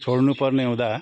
छोड्नुपर्ने हुँदा